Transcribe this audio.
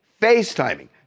FaceTiming